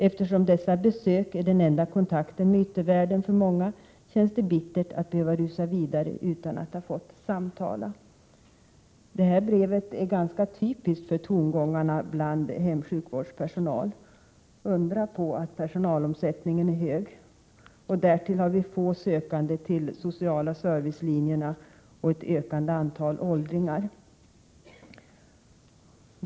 Eftersom dessa besök är den enda kontakten med yttervärlden för många känns det bittert att behöva rusa vidare utan att ha fått samtala!” 4 Det här brevet är ganska typiskt för tongångarna bland hemsjukvårdspersonal. Undra på att personalomsättningen är hög! Därtill har vi få sökande till den sociala servicelinjen och ett ökande antal åldringar.